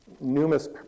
numerous